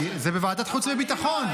זה בוועדת החוץ והביטחון.